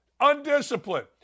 undisciplined